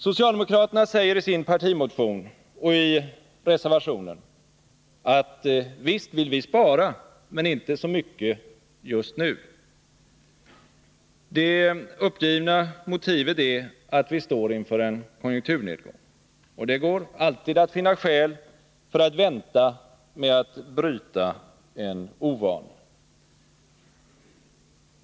Socialdemokraterna säger i sin partimotion och i reservationen, att visst vill vi spara, men inte så mycket just nu. Det uppgivna motivet är att vi står inför en konjunkturnedgång. Det går alltid att finna skäl för att vänta med att bryta en ovana.